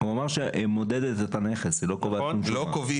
הוא אמר שהחברה מודדת את הנכס, היא לא קובעת